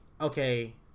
okay